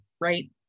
right